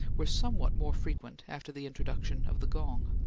were somewhat more frequent after the introduction of the gong.